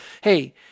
Hey